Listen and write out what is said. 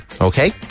okay